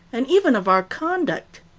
and even of our conduct.